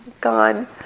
gone